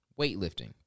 weightlifting